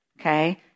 okay